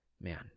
Man